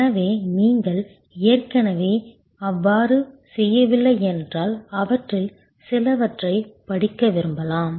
எனவே நீங்கள் ஏற்கனவே அவ்வாறு செய்யவில்லை என்றால் அவற்றில் சிலவற்றைப் படிக்க விரும்பலாம்